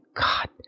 God